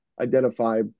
identify